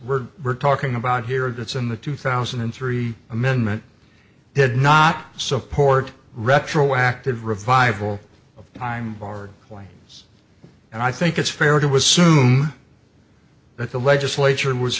were we're talking about here that's in the two thousand and three amendment did not support retroactive revival of time barred planes and i think it's fair to was sume that the legislature was